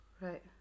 Right